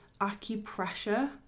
acupressure